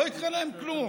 לא יקרה להם כלום.